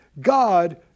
God